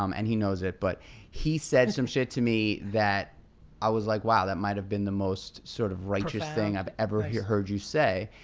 um and he knows it. but he said some shit to me that i was like, wow, that might have been the most sort of righteous thing i've ever heard you say.